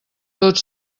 tot